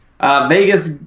Vegas